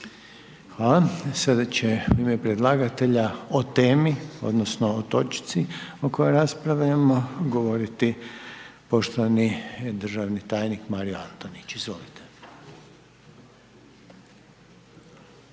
Hvala. Sada će u ime predlagatelja o temi, odnosno, o točci o kojoj raspravljamo, govoriti poštovani državni tajnik Mario Antonić, izvolite.